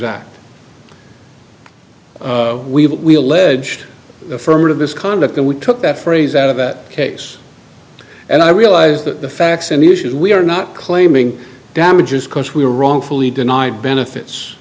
it we alleged affirmative misconduct and we took that phrase out of that case and i realize that the facts and the issues we are not claiming damages because we were wrongfully denied benefits